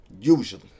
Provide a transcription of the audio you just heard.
usually